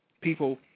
People